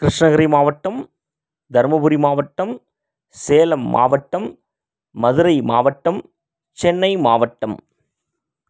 கிருஷ்ணகிரி மாவட்டம் தர்மபுரி மாவட்டம் சேலம் மாவட்டம் மதுரை மாவட்டம் சென்னை மாவட்டம்